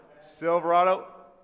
Silverado